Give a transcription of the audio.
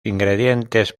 ingredientes